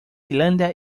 finlandia